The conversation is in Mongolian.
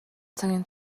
цагийн